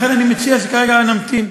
לכן אני מציע שכרגע נמתין,